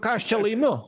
ką aš čia laimiu